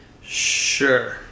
Sure